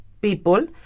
people